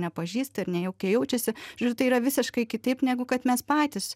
nepažįsta ir nejaukiai jaučiasi ir tai yra visiškai kitaip negu kad mes patys